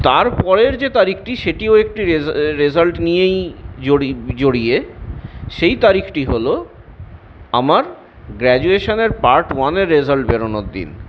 তারপরের যে তারিখটি সেটিও একটি রে রেজাল্ট নিয়েই জড়ি জড়িয়ে সেই তারিখটি হল আমার গ্র্যাজুয়েশনের পার্ট ওয়ানের রেজাল্ট বেরোনোর দিন